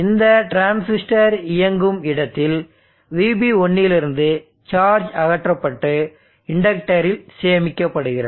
இந்த டிரான்சிஸ்டர் இயங்கும் இடத்தில் VB1 இலிருந்து சார்ஜ் அகற்றப்பட்டு இண்டக்டரில் சேமிக்கப்படுகிறது